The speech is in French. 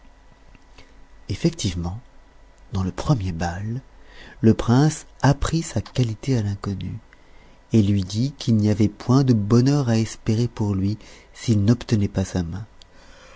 effectivement dans le premier bal le prince apprit sa qualité à l'inconnue et lui dit qu'il n'y avait point de bonheur à espérer pour lui s'il n'obtenait pas sa main